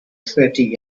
thirty